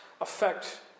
affect